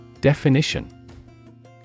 Definition